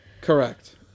Correct